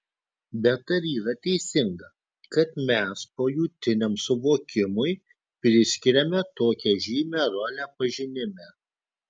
bet ar yra teisinga kad mes pojūtiniam suvokimui priskiriame tokią žymią rolę pažinime